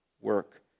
work